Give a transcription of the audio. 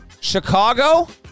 Chicago